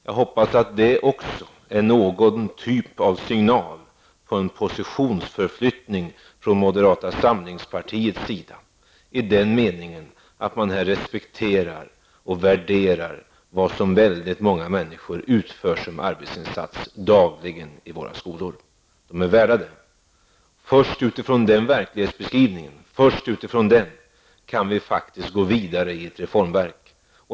Jag hoppas att detta är någon typ av signal på en positionsförflyttning från moderata samlingspartiets sida i den meningen att man respekterar och värderar en arbetsinsats som så väldigt många människor dagligen utför i våra skolor. De är värda den respekten och uppskattningen. Först utifrån en sådan verklighetsbeskrivning kan vi gå vidare i ett reformverk.